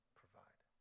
provide